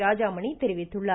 ராஜாமணி தெரிவித்துள்ளார்